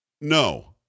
no